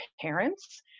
parents